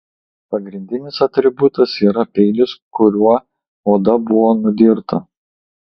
pagrindinis atributas yra peilis kuriuo oda buvo nudirta